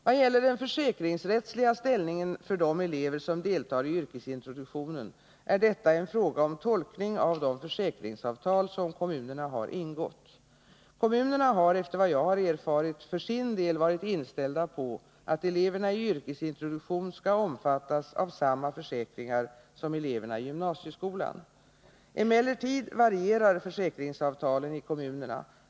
Vad gäller den försäkringsrättsliga ställningen för de elever som deltar i yrkesintroduktionen är detta en fråga om tolkning av de försäkringsavtal som kommunerna har ingått. Kommunerna har, efter vad jag har erfarit, för sin del varit inställda på att eleverna i yrkesintroduktion skall omfattas av samma försäkringar som eleverna i gymnasieskolan. Emellertid varierar försäkringsavtalen i kommunerna.